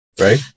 right